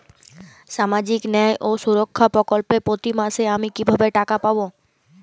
সামাজিক ন্যায় ও সুরক্ষা প্রকল্পে প্রতি মাসে আমি কিভাবে টাকা পাবো?